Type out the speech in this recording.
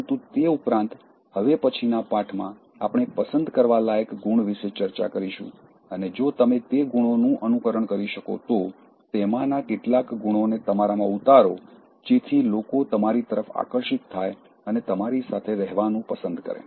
પરંતુ તે ઉપરાંત હવે પછીના પાઠમાં આપણે પસંદ કરવા લાયક ગુણ વિશે ચર્ચા કરીશું અને જો તમે તે ગુણોનું અનુકરણ કરી શકો તો તેમાંના કેટલાક ગુણોને તમારા માં ઉતારો જેથી લોકો તમારી તરફ આકર્ષિત થાય અને તમારી સાથે રહેવાનુ પસંદ કરે